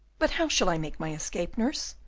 but how shall i make my escape, nurse?